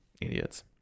Idiots